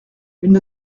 une